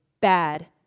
bad